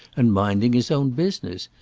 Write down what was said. and minding his own business?